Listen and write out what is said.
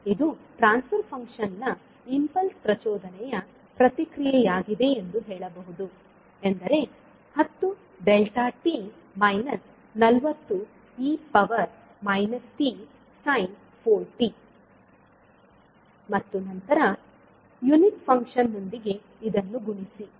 ಇದು transfer function ನ impulse ಪ್ರಚೋದನೆಯ ಪ್ರತಿಕ್ರಿಯೆಯಾಗಿದೆ ಎಂದು ಹೇಳಬಹುದು ಎಂದರೆ 10 delta t minus 40 e power minus t sine 4ಟಿ 10δt 40e t sin4tಮತ್ತು ನಂತರ ಯುನಿಟ್ ಫಂಕ್ಷನ್ ನೊಂದಿಗೆ ಇದನ್ನು ಗುಣಿಸಿ